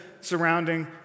surrounding